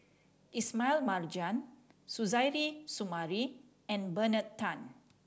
Ismail Marjan Suzairhe Sumari and Bernard Tan